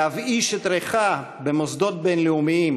להבאיש את ריחה במוסדות בין-לאומיים,